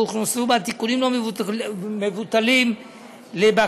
והוכנסו בה תיקונים לא מבוטלים לבקשת